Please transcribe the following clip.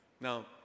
now